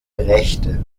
rechte